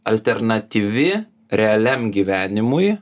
alternatyvi realiam gyvenimui